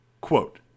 Quote